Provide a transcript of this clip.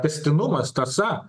tęstinumas tąsa